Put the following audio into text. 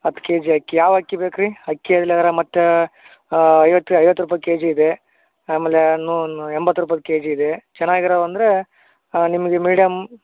ಹತ್ತು ಕೆಜಿ ಅಕ್ಕಿ ಯಾವ ಅಕ್ಕಿ ಬೇಕು ರೀ ಅಕ್ಕಿ ಮತ್ತು ಐವತ್ತು ಐವತ್ತು ರೂಪಾಯಿ ಕೆಜಿ ಇದೆ ಆಮೇಲೆ ನು ನು ಎಂಬತ್ತು ರೂಪಾಯ್ದು ಕೆಜಿ ಇದೆ ಚೆನ್ನಾಗಿರೋವು ಅಂದರೆ ನಿಮಗೆ ಮೀಡ್ಯಮ್